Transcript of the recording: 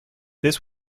this